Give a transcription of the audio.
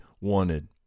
wanted